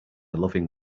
loving